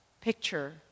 picture